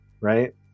Right